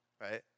Right